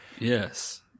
Yes